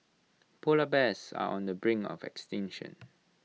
Polar Bears are on the brink of extinction